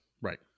Right